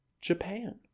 japan